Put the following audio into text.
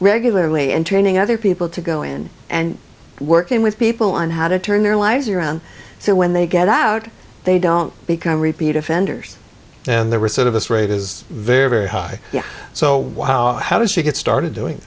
regularly and training other people to go in and working with people on how to turn their lives around so when they get out they don't become repeat offenders and they were sort of this rate is very very high so wow how did she get started doing